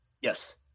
Yes